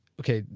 okay,